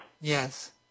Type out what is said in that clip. Yes